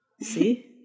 See